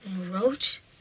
Roach